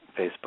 Facebook